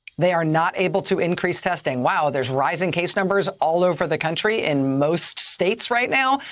they are not able to increase testing. wow. there is rising case numbers all over the country in most states right now.